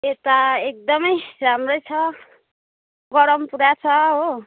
यता एकदमै राम्रै छ गरम पुरा छ हो